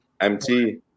MT